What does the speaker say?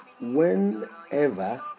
whenever